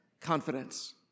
confidence